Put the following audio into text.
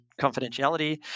confidentiality